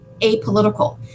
apolitical